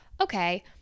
okay